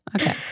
Okay